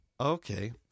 Okay